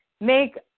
make